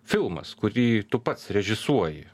filmas kurį tu pats režisuoji